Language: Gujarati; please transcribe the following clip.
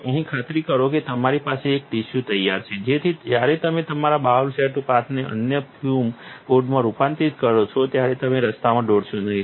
અહીં ખાતરી કરો કે તમારી પાસે એક ટિશ્યુ તૈયાર છે જેથી જ્યારે તમે તમારા બાઉલ સેટ પાથને અન્ય ફ્યુમ હૂડમાં રૂપાંતરિત કરો ત્યારે તમે રસ્તામાં ઢોળશો નહીં